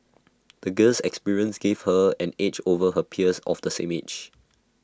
the girl's experiences gave her an edge over her peers of the same age